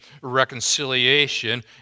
reconciliation